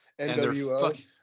NWO